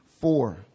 four